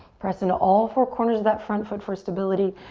press in to all four corners of that front foot for stability.